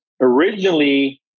originally